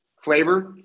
flavor